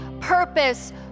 purpose